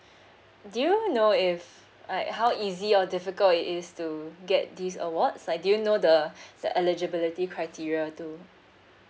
do you know if like how easy or difficult it is to get these awards like do you know the the eligibility criteria to